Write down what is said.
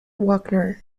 wagner